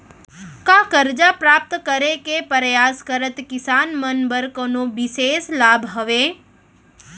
का करजा प्राप्त करे के परयास करत किसान मन बर कोनो बिशेष लाभ हवे?